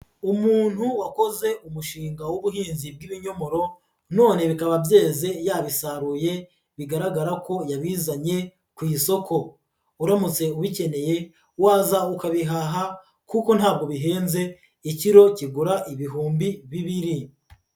Umuntu wakoze umushinga w'ubuhinzi bw'ibinyomoro, none bikaba byeze yabisaruye, bigaragara ko yabizanye ku isoko. Uramutse ubikeneye, waza ukabihaha kuko ntabwo bihenze, ikiro kigura ibihumbi bibiri.